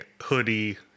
hoodie